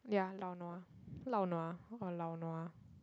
yeah lau-nua lau-nua or lau-nua